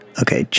okay